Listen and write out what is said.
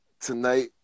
Tonight